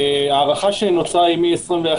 ההארכה שנוצרה היא מ-2021,